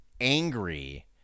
angry